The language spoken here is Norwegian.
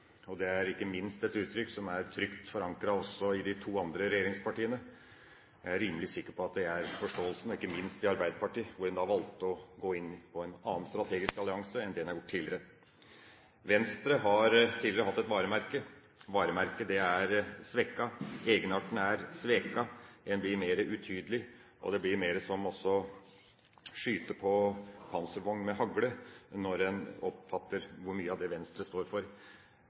Det er ikke minst et uttrykk som er trygt forankret også i de to andre regjeringspartiene. Jeg er rimelig sikker på at det er forståelsen, ikke minst i Arbeiderpartiet, hvor en valgte å gå inn i en annen strategisk allianse enn det en har gjort tidligere. Venstre har tidligere hatt et varemerke. Varemerket er svekket. Egenarten er sveket. En blir mer utydelig, og det blir mer som å skyte på panservogn med hagle når en oppfatter hvor mye av det Venstre står for.